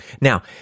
Now